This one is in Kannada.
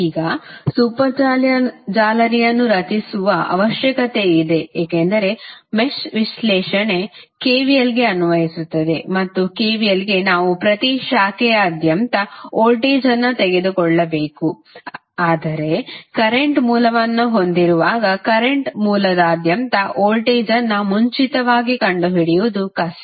ಈಗ ಸೂಪರ್ ಜಾಲರಿಯನ್ನು ರಚಿಸುವ ಅವಶ್ಯಕತೆಯಿದೆ ಏಕೆಂದರೆ ಮೆಶ್ ವಿಶ್ಲೇಷಣೆ KVLಗೆ ಅನ್ವಯಿಸುತ್ತದೆ ಮತ್ತು KVLಗೆ ನಾವು ಪ್ರತಿ ಶಾಖೆಯಾದ್ಯಂತ ವೋಲ್ಟೇಜ್ ಅನ್ನು ತಿಳಿದುಕೊಳ್ಳಬೇಕು ಆದರೆ ಕರೆಂಟ್ ಮೂಲವನ್ನು ಹೊಂದಿರುವಾಗ ಕರೆಂಟ್ ಮೂಲದಾದ್ಯಂತ ವೋಲ್ಟೇಜ್ ಅನ್ನು ಮುಂಚಿತವಾಗಿ ಕಂಡುಹಿಡಿಯುವುದು ಕಷ್ಟ